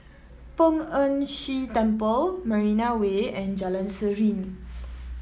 Poh Ern Shih Temple Marina Way and Jalan Serene